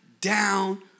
down